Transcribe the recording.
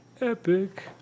Epic